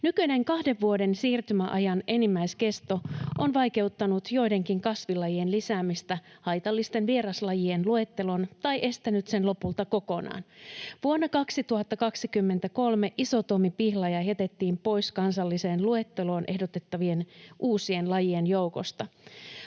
Nykyinen kahden vuoden siirtymäajan enimmäiskesto on vaikeuttanut joidenkin kasvilajien lisäämistä haitallisten vieraslajien luetteloon tai estänyt sen lopulta kokonaan. Vuonna 2023 isotuomipihlaja jätettiin pois kansalliseen luetteloon ehdotettavien uusien lajien joukosta.